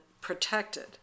protected